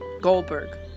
Goldberg